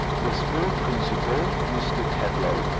the school principal, mr. tetlow,